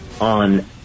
on